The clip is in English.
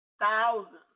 thousands